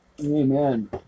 Amen